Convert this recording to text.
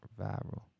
Viral